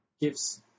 gives